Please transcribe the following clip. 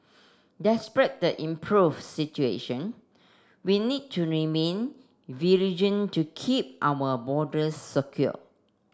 despite the improve situation we need to remain to keep our borders secure